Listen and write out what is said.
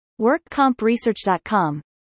workcompresearch.com